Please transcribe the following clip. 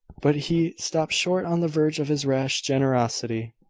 but he stopped short on the verge of his rash generosity.